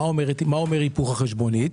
מה אומר היפוך החשבונית?